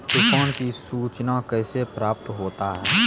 तुफान की सुचना कैसे प्राप्त होता हैं?